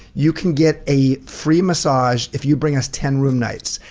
you can get a free massage if you bring us ten room nights.